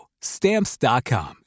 Stamps.com